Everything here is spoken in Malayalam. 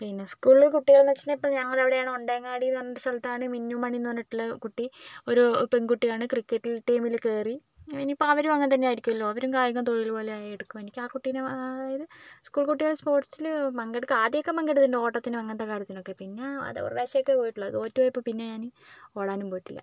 പിന്നെ സ്കൂളിലെ കുട്ടികൾ എന്ന് വെച്ചിട്ടുണ്ടേൽ ഇപ്പോൾ ഞങ്ങടെ അവിടെയാണ് ഒണ്ടങ്ങാടി എന്ന് പറയുന്ന സ്ഥലത്താണ് മിന്നുമണി എന്ന് പറഞ്ഞിട്ടുള്ള ഒരു കുട്ടി ഒരു പെൺകുട്ടിയാണ് ക്രിക്കറ്റ് ടീമിൽ കയറി ഇനിയിപ്പോൾ അവരും അങ്ങനെതന്നെ ആയിരിക്കോലോ അവരും കായികം തൊഴിലുപോലെയായി എടുക്കുമല്ലോ എനിക്ക് ആ കുട്ടിനെ അതായത് സ്കൂൾ കുട്ടികൾ സ്പോർട്സിൽ പങ്കെടുക്കാൻ ആദ്യമൊക്കെ പങ്കെടുത്തിട്ടുണ്ട് ഓട്ടത്തിനും അങ്ങനത്തെ കാര്യത്തിനൊക്കെ പിന്നെ അത് ഒരു പ്രാവശ്യമൊക്കെ പോയിട്ടുള്ളൂ അത് തോറ്റുപോയപ്പോൾ പിന്നെ ഞാൻ ഓടാനും പോയിട്ടില്ല